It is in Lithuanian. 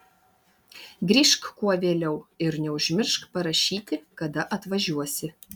grįžk kuo vėliau ir neužmiršk parašyti kada atvažiuosi